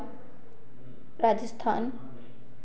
Rajasthan